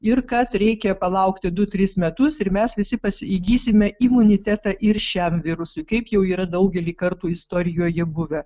ir kad reikia palaukti du tris metus ir mes visi pasi įgysime imunitetą ir šiam virusui kaip jau yra daugelį kartų istorijoje buvę